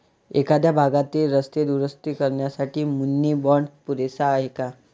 एखाद्या भागातील रस्ते दुरुस्त करण्यासाठी मुनी बाँड पुरेसा आहे का?